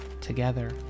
together